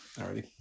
already